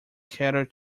cater